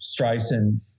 Streisand